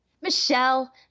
Michelle